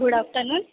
good afternoon